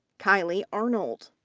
kylie arnold,